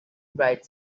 bright